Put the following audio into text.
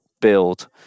build